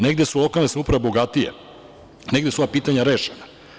Negde su lokalne samouprave bogatije, negde su ova pitanja rešena.